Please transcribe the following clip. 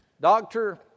doctor